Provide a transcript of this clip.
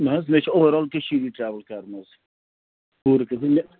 نہ حظ مےٚ چھِ اوٚوَر آل کٔشیٖرِ ٹرٛیوٕل کَرُن حظ